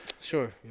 Sure